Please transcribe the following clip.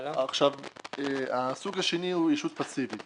הלאה הסוג השני הוא ישות פסיבית.